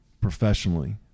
professionally